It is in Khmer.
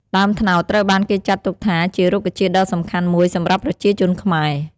ដើមត្នោតត្រូវបានគេចាត់ទុកថាជារុក្ខជាតិដ៏សំខាន់មួយសម្រាប់ប្រជាជនខ្មែរ។